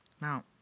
Now